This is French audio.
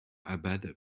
abad